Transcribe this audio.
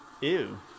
Ew